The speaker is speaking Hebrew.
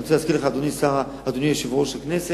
אני רוצה להזכיר לך, אדוני יושב-ראש הכנסת: